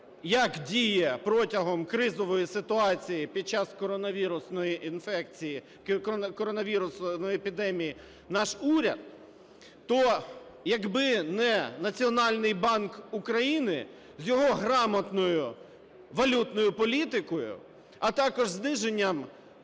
як діє протягом кризової ситуації, під час коронавірусної інфекції, коронавірусної епідемії наш уряд, то якби не Національний банк України з його грамотною валютною політикою, а також зниженням,